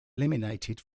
eliminated